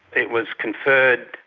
it was conferred,